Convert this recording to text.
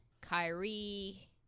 Kyrie